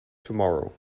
tomorrow